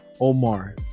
Omar